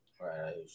Right